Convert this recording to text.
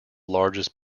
largest